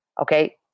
Okay